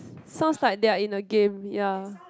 sounds like they are in a game ya